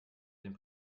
den